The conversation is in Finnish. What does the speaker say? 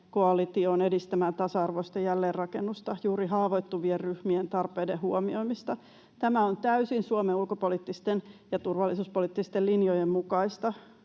koalitioon edistämään tasa-arvoista jälleenrakennusta, juuri haavoittuvien ryhmien tarpeiden huomioimista. Tämä on täysin Suomen ulkopoliittisten ja turvallisuuspoliittisten linjojen mukaista.